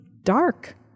dark